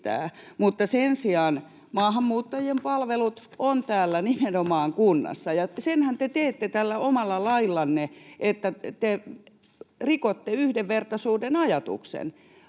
sen sijaan maahanmuuttajien palvelut on täällä nimenomaan kunnassa. Ja senhän te teette tällä omalla laillanne, että te rikotte yhdenvertaisuuden ajatuksen.